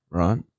right